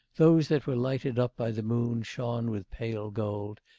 those that were lighted up by the moon shone with pale gold,